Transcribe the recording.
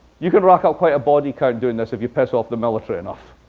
you can rack up quite a body count doing this if you piss off the military enough.